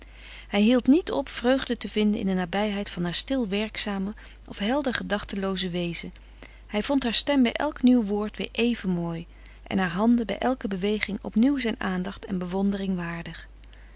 hij hield niet op vreugde te vinden in de nabijheid van haar stil werkzame of helder gedachtelooze wezen hij vond haar stem bij elk nieuw woord weer even mooi en haar handen bij elke beweging opnieuw zijn aandacht en bewondering waardig